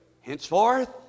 Henceforth